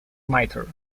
mitre